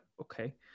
okay